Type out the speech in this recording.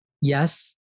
Yes